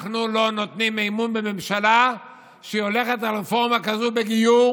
אנחנו לא נותנים אמון בממשלה שהולכת על רפורמה כזאת בגיור